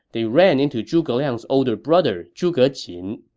they ran into zhuge liang's older brother, zhuge jin.